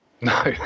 No